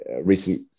recent